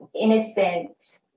innocent